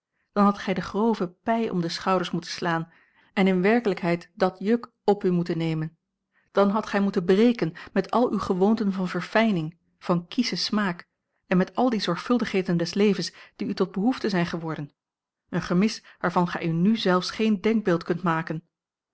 dan hadt gij de grove pij om de schouders moeten slaan en in werkelijkheid dat juk op u moeten a l g bosboom-toussaint langs een omweg nemen dan hadt gij moeten breken met al uwe gewoonten van verfijning van kieschen smaak en met al die zorgvuldigheden des levens die u tot behoeften zijn geworden een gemis waarvan gij u nu zelfs geen denkbeeld kunt maken